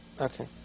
Okay